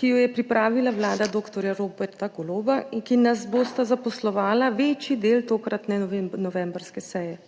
ki jo je pripravila vlada dr. Roberta Goloba in ki nas bosta zaposlovala večji del tokratne novembrske seje.